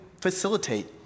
facilitate